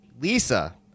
Lisa